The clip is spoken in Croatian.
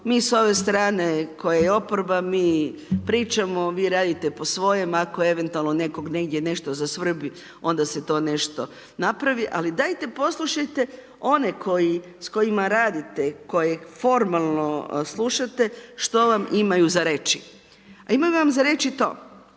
mi s ove strane koji je oporba, mi pričamo, vi radite po svojem, ako eventualno nekog negdje nešto zasvrbi onda se to nešto napravi, ali dajte poslušajte one s kojima radite, koje formalno slušate što vam imaju za reći. A imaju vam za reći to,